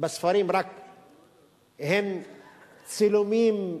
בספרים הן רק צילומים,